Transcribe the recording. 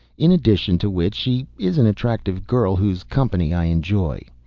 in addition to which she is an attractive girl, whose company i enjoy.